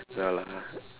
ya lah